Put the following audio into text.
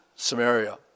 Samaria